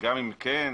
וגם אם כן,